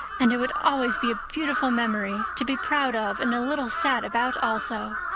and it would always be a beautiful memory, to be proud of and a little sad about, also.